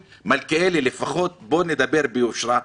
מלכיאלי, לפחות בואו נדבר ביושרה.